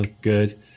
Good